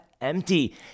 empty